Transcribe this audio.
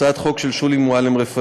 הצעת חברת הכנסת שולי מועלם-רפאלי.